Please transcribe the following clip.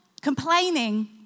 complaining